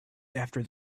after